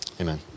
Amen